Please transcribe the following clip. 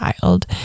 child